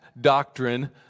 doctrine